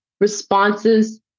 responses